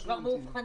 הם כבר מאובחנים.